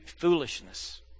foolishness